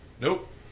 Nope